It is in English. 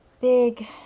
big